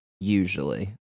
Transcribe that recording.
usually